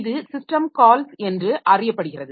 இது system calls என்று அறியப்படுகிறது